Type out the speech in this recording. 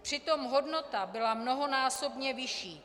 Přitom hodnota byla mnohonásobně vyšší.